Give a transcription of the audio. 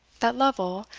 that lovel,